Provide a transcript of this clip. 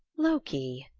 loki,